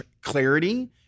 clarity